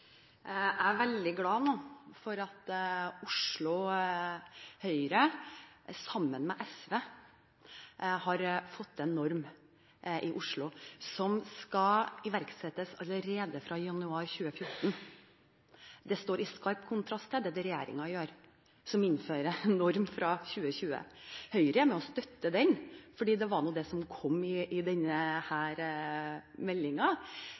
Jeg er veldig glad for at Oslo Høyre sammen med SV nå har fått til en norm i Oslo som skal iverksettes allerede fra januar 2014. Det står i skarp kontrast til det regjeringen gjør, som innfører en norm fra 2020. Høyre er med og støtter den normen fordi det var det som kom i denne